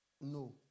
No